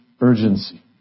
urgency